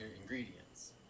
ingredients